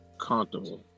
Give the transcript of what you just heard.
comfortable